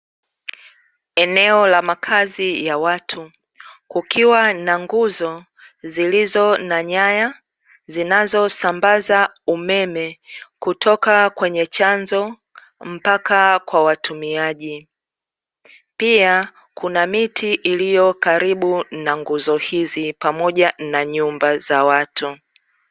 Eneo la makazi ya watu, kukiwa na nguzo zilizo na nyaya zinazo sambaza umeme kutoka kwenye chanzo mpaka kwa watumiaji. Pia kuna miti iliyo karibu na nguzo hizi pamoja na nyumba za watu.